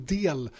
del